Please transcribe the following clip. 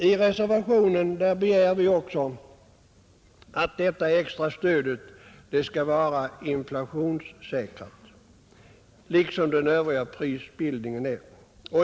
I reservationen begär vi också att detta extra stöd skall vara inflationssäkert liksom den övriga prisbildningen.